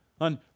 on